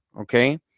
okay